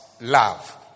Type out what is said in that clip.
love